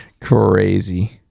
crazy